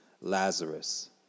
Lazarus